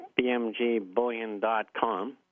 bmgbullion.com